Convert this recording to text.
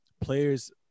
players